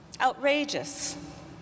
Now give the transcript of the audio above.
outrageous